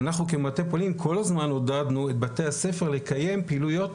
אנחנו כמטה פולין כל הזמן עודדנו את בתי הספר לקיים פעילויות